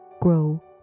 grow